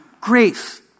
Grace